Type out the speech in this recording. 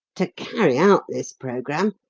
to carry out this programme,